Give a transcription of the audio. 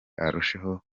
arusheho